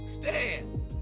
stand